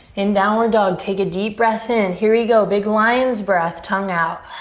in downward dog take a deep breath in. here we go, big lion's breath. tongue out.